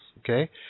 Okay